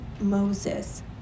Moses